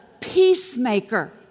peacemaker